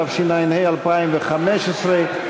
התשע"ה 2015,